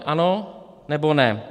Ano nebo ne?